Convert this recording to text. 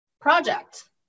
project